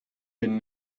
been